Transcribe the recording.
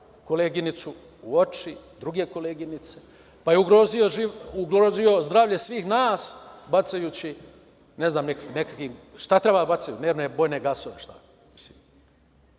koleginicu u oči, druge koleginice, pa je ugrozio zdravlje svih nas bacajući, ne znam nekakvi, šta treba da bacaju, nervne bojne gasove. Je